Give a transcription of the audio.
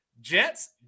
Jets